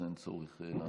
אז אין צורך לעלות.